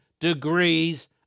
degrees